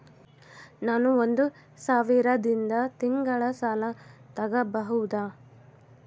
ನಾನು ಒಂದು ಸಾವಿರದಿಂದ ತಿಂಗಳ ಸಾಲ ತಗಬಹುದಾ?